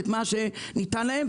את מה שניתן להם,